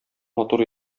матур